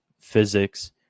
physics